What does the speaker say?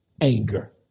anger